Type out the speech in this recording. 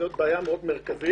זו בעיה מאוד מרכזית.